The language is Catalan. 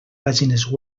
pàgines